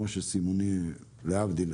להבדיל,